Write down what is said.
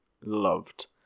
loved